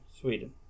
Sweden